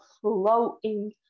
floating